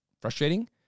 frustrating